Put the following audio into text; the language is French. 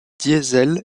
diesel